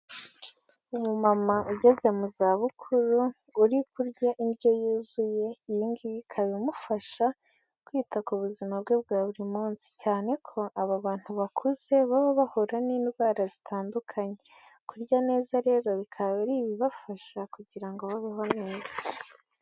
Umumama ugeze mu zabukuru uri kurya indyo yuzuye. Iyi ngiyi ikaba imufasha kwita ku buzima bwe bwa buri munsi cyane ko aba bantu bakuze baba bahura n'indwara zitandukanye. Kurya neza rero bikaba ari ibibafasha kugira ngo babeho neza.